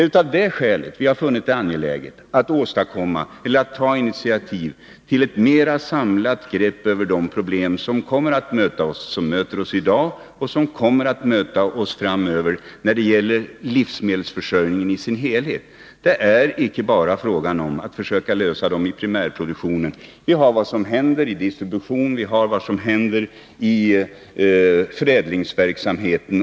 Det är av detta skäl vi funnit det angeläget att ta initiativ till ett mera samlat grepp över de problem som möter oss i dag och som kommer att möta oss rjningen i dess helhet. Det är icke bara fråga om att försöka lösa problemen i primärproduktionen. Man måste också ta hänsyn till vad som händer i distribution, i förädlingsverksamhet.